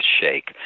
shake